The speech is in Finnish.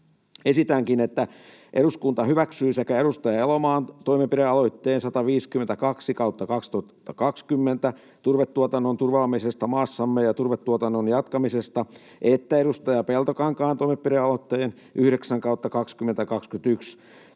Esitänkin, että eduskunta hyväksyy sekä edustaja Elomaan toimenpidealoitteen 152/2020 turvetuotannon turvaamisesta maassamme ja turvetuotannon jatkamisesta että edustaja Peltokankaan toimenpidealoitteen 9/2021 turpeen